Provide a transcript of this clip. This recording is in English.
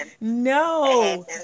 no